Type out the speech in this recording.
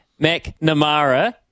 McNamara